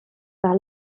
par